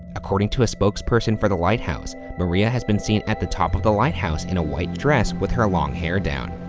according to a spokesperson for the lighthouse, maria has been seen at the top of the lighthouse in a white dress with her long hair down.